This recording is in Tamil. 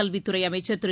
கல்வித்துறை அமைச்சர் திரு